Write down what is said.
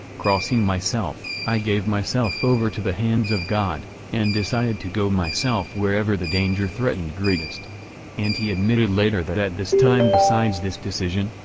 crossing myself, i gave myself over to the hands of god, and decided to go myself wherever the danger threatened greatest and he admitted later that at this time besides this decision,